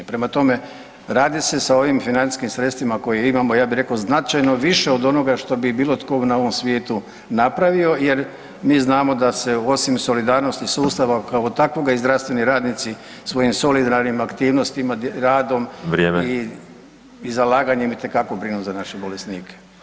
Prema tome, radi se sa ovim financijskim sredstvima koje imamo ja bih rekao značajno više od onoga što bi bilo tko na ovom svijetu napravio jer mi znamo da se osim solidarnosti sustava kao takvoga i zdravstveni radnici svojim solidarnim aktivnostima, radom i zalaganjem itekako brinu za naše bolesnike.